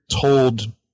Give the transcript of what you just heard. told